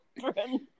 children